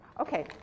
Okay